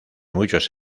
muchos